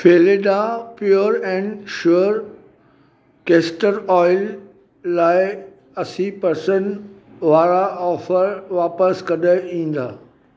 Phalada pure and sure castor oil लाइ असी percent वारा ऑफर वापसि कॾहिं ईंदा